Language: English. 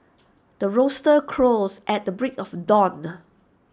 the rooster crows at the break of dawn